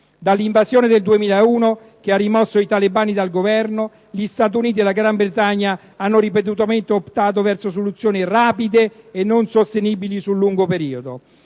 Dall'invasione del 2001 che ha rimosso i talebani dal Governo, gli Stati Uniti e la Gran Bretagna hanno ripetutamente optato verso soluzioni rapide e non sostenibili sul lungo periodo.